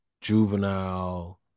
Juvenile